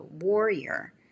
warrior